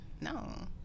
no